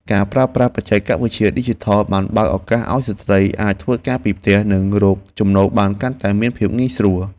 ការប្រើប្រាស់បច្ចេកវិទ្យាឌីជីថលបានបើកឱកាសឱ្យស្ត្រីអាចធ្វើការពីផ្ទះ និងរកចំណូលបានកាន់តែមានភាពងាយស្រួល។